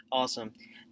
awesome